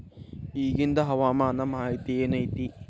ಇಗಿಂದ್ ಹವಾಮಾನ ಮಾಹಿತಿ ಏನು ಐತಿ?